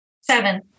Seven